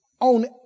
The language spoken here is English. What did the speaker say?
on